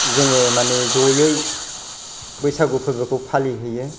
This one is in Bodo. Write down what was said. जोंङो माने ज'यै बैसागु फोरबोखौ फालिहैयो